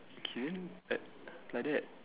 okay like like that